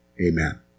Amen